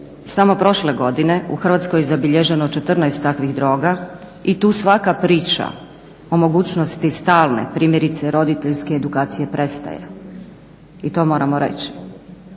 Samo prošle godine u Hrvatskoj je zabilježeno 14 takvih droga i tu svaka priča o mogućnosti stalne primjerice roditeljske edukacije prestaje. I to moramo reći.